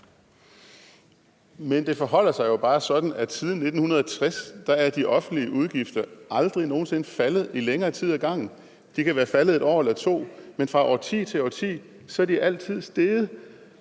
Men det forholder sig jo bare sådan, at siden 1960 er de offentlige udgifter aldrig nogensinde faldet i længere tid ad gangen. De kan være faldet et år eller to, men fra årti til årti er de altid steget.